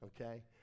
okay